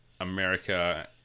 america